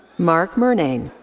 mark murnane.